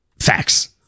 facts